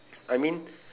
I mean